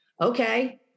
Okay